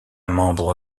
membre